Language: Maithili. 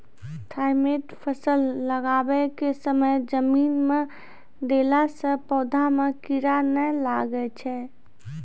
थाईमैट फ़सल लगाबै के समय जमीन मे देला से पौधा मे कीड़ा नैय लागै छै?